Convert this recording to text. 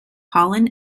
pollen